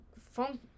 phone